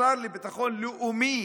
השר לביטחון לאומי,